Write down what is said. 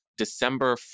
december